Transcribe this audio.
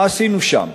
מה עשינו שם?